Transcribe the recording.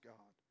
God